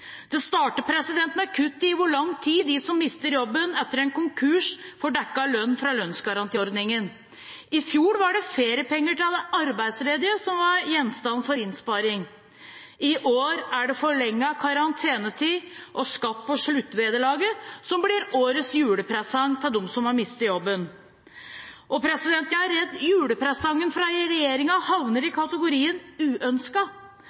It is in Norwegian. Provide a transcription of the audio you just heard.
Det starter med et kutt i hvor lang tid de som mister jobben etter en konkurs, får dekket lønn fra lønnsgarantiordningen. I fjor var det flere penger til de arbeidsledige som var gjenstand for innsparing. I år er det forlenget karantenetid og skatt på sluttvederlaget som blir årets julepresang til dem som har mistet jobben. Jeg er redd julepresangen fra regjeringen havner i kategorien